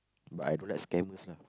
but I don't like scammers lah